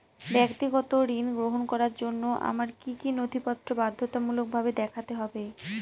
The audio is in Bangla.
ব্যক্তিগত ঋণ গ্রহণ করার জন্য আমায় কি কী নথিপত্র বাধ্যতামূলকভাবে দেখাতে হবে?